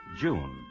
June